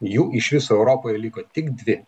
jų iš viso europoj liko tik dvi